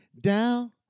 down